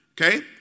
Okay